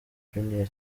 junior